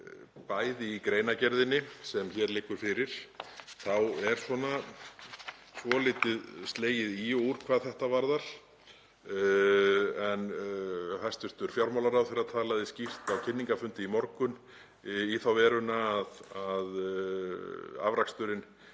að í greinargerðinni, sem hér liggur fyrir, er svolítið slegið í og úr hvað þetta varðar. En hæstv. fjármálaráðherra talaði skýrt á kynningarfundi í morgun í þá veruna að afraksturinn